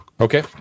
Okay